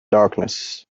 darkness